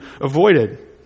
avoided